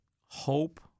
hope